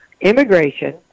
immigration